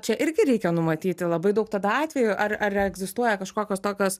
čia irgi reikia numatyti labai daug tada atvejų ar ar egzistuoja kažkokios tokios